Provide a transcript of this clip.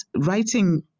writing